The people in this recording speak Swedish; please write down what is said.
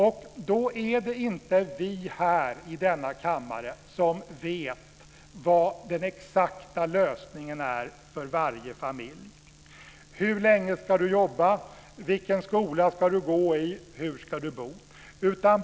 Det är inte vi här i denna kammare som vet vad den exakta lösningen är för varje familj. Hur länge ska du jobba? Vilken skola ska du gå i? Hur ska du bo?